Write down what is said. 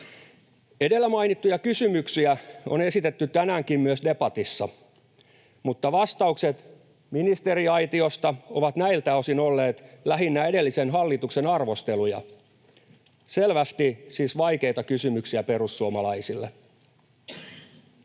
Edellä mainittuja kysymyksiä on esitetty tänäänkin myös debatissa, mutta vastaukset ministeriaitiosta ovat näiltä osin olleet lähinnä edellisen hallituksen arvostelua — selvästi siis vaikeita kysymyksiä perussuomalaisille.